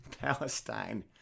Palestine